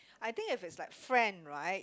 I think if it's like friend right